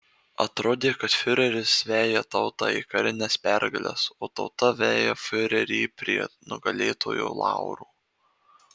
atrodė kad fiureris veja tautą į karines pergales o tauta veja fiurerį prie nugalėtojo laurų